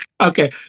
okay